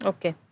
Okay